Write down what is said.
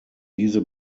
diese